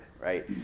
right